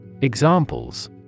Examples